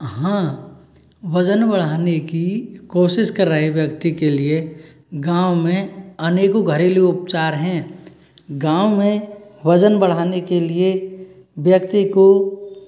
हाँ वजन बढ़ाने की कोशिश कर रहे व्यक्ति के लिए गाँव में अनेकों घरेलू उपचार है गाँव में वजन बढ़ाने के लिए व्यक्ति को